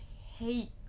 hate